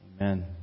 Amen